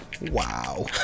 Wow